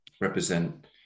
represent